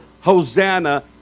Hosanna